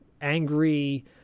angry